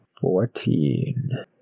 Fourteen